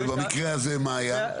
ובמקרה הזה מה היה?